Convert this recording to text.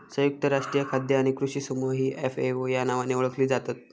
संयुक्त राष्ट्रीय खाद्य आणि कृषी समूह ही एफ.ए.ओ या नावाने ओळखली जातत